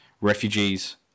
refugees